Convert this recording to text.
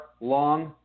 long